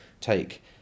take